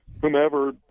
whomever